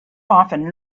often